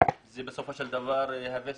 ובסופו של דבר זה יהווה